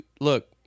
Look